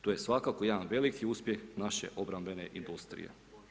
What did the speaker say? To je svakako jedan veliki uspjeh naše obrambene industrije.